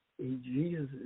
Jesus